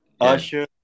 Usher